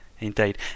Indeed